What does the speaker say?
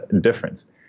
difference